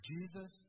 Jesus